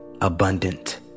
abundant